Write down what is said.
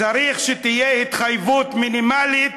צריך שתהיה התחייבות מינימלית,